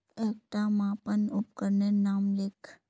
एकटा मापन उपकरनेर नाम लिख?